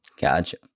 Gotcha